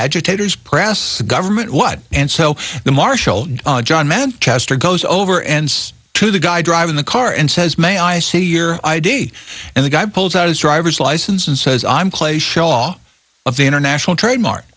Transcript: agitators press the government what and so the marshal john manchester goes over and to the guy driving the car and says may i see your id and the guy pulls out his driver's license and says i'm clay shaw of the international trade mar